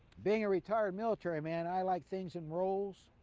being a retired military man, i like things in rows,